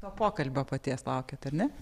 to pokalbio paties laukiat ar ne